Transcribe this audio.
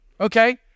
Okay